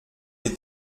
les